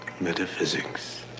Metaphysics